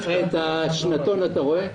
את השנתון אתה רואה?